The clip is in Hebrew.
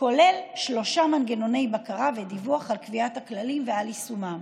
כולל שלושה מנגנוני בקרה ודיווח על קביעת הכללים ועל יישומם: